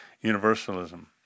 universalism